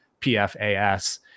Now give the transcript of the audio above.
PFAS